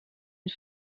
une